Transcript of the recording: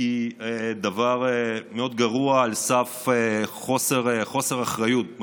היא דבר מאוד גרוע, על סף חוסר אחריות,